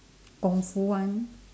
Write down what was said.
kungfu one